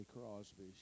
Crosby